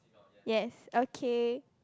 yes okay